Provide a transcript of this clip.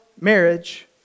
marriage